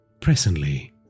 Presently